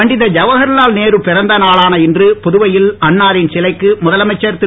பண்டித ஜவகர்லால் நேரு பிறந்த நாளான இன்று புதுவையில் அன்னாரின் சிலைக்கு முதலமைச்சர் திரு